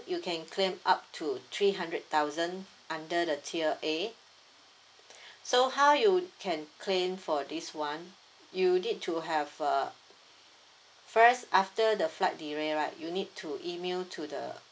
you can claim up to three hundred thousand under the tier A so how you can claim for this one you need to have uh first after the flight delay right you need to email to the